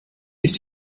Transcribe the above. ist